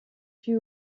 fut